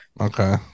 okay